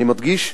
אני מדגיש: